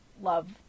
love